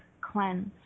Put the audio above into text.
cleanse